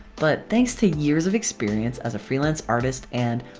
but thanks to years of experience as a freelance artist and